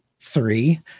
three